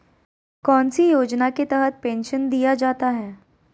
कौन सी योजना के तहत पेंसन दिया जाता है?